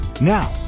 now